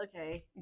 okay